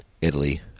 Italy